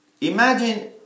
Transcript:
imagine